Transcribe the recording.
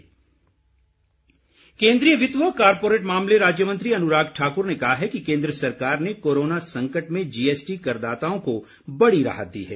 अनुराग ठाकुर केन्द्रीय वित्त व कॉरपोरेट मामले राज्य मंत्री अनुराग ठाकुर ने कहा है कि केन्द्र सरकार ने कोरोना संकट में जीएसटी करदाताओं को बड़ी राहत दी है